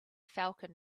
falcon